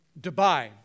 Dubai